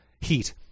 Heat